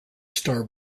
star